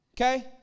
Okay